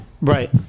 Right